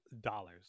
dollars